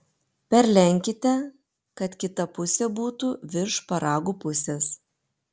perlenkite kad kita pusė būtų virš šparagų pusės